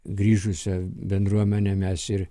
grįžusia bendruomene mes ir